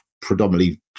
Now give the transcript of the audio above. predominantly